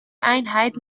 einheit